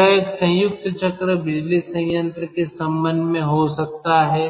यह एक संयुक्त चक्र बिजली संयंत्र के संबंध में हो सकता है